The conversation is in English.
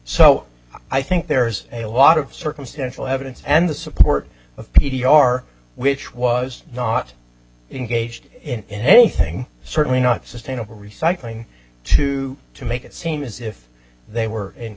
so i think there's a lot of circumstantial evidence and the support of p t our which was not engaged in anything certainly not sustainable recycling to to make it seem as if they were in